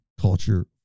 culture